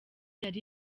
yari